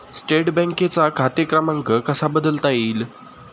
State बँकेचा खाते क्रमांक कसा बदलता येईल?